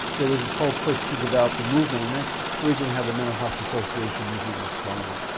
there was this whole push to develop the movement, and that's originally how the mental health association movement was started.